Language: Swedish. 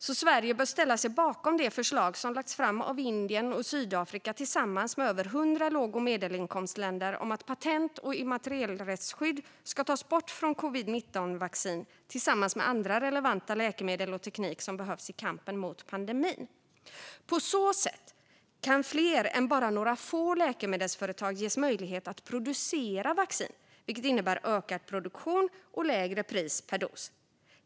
Sverige bör ställa sig bakom det förslag som har lagts fram av Indien och Sydafrika tillsammans med över hundra låg och medelinkomstländer om att patent och immaterialrättsskydd ska tas bort från covid-19-vaccin tillsammans med andra relevanta läkemedel och teknik som behövs i kampen mot pandemin. På så sätt skulle fler än bara några få läkemedelsföretag ges möjlighet att producera vaccin, vilket innebär ökad produktion och lägre pris per dos.